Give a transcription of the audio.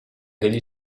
degli